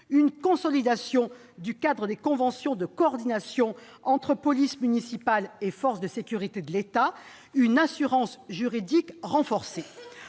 une consolidation du cadre des conventions de coordination entre police municipale et forces de sécurité de l'État, une assurance juridique renforcée.